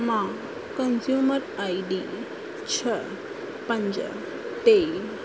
मां consumer I D छह पंज टे